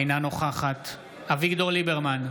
אינה נוכחת אביגדור ליברמן,